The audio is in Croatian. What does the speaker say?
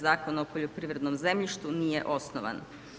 Zakona o poljoprivrednom zemljištu nije osnovan.